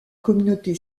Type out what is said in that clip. communauté